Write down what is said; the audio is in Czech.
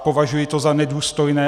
A považuji to za nedůstojné.